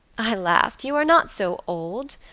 i laughed. you are not so old.